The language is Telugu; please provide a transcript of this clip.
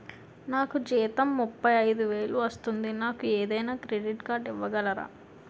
నాకు జీతం ముప్పై ఐదు వేలు వస్తుంది నాకు ఏదైనా క్రెడిట్ కార్డ్ ఇవ్వగలరా?